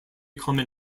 common